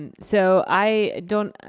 and so, i don't,